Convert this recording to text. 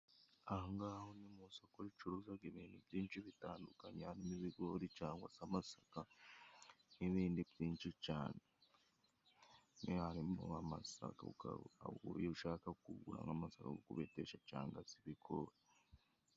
Ahongaho ni mu soko ricuruzaga ibintu byinshi bitandukanye, harimo ibigori cangwa se amasaka n'ibindi byinshi cane. Iyo harimo nk'amasaka, iyo ushaka kugura nk'amasaka yo kubetesha canga se ibigori.